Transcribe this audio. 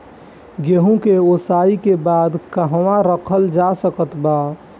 गेहूँ के ओसाई के बाद कहवा रखल जा सकत बा?